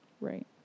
Right